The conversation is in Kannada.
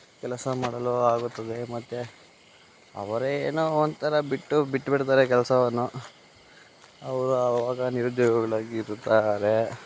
ಕೆಲಸ ಮಾಡಲು ಆಗುತ್ತದೆ ಮತ್ತೆ ಅವರೇ ಏನೋ ಒಂಥರ ಬಿಟ್ಟು ಬಿಟ್ಬಿಡ್ತಾರೆ ಕೆಲಸವನ್ನು ಅವರು ಆವಾಗ ನಿರುದ್ಯೋಗಿಗಳಾಗಿ ಇರುತ್ತಾರೆ